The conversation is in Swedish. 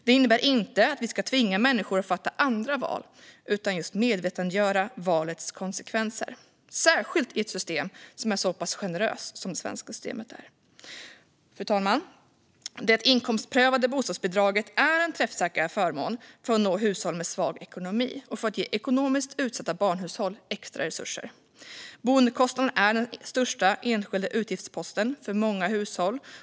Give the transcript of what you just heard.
Det innebär inte att vi ska tvinga människor att göra andra val utan just att vi ska medvetandegöra valets konsekvenser, särskilt i ett system som är så pass generöst som det svenska systemet är. Fru talman! Det inkomstprövade bostadsbidraget är en träffsäker förmån för att nå hushåll med svag ekonomi och för att ge ekonomiskt utsatta hushåll med barn extra resurser. Boendekostnaden är den största enskilda utgiftsposten för många hushåll.